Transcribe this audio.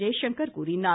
ஜெய்சங்கர் கூறினார்